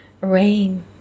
Rain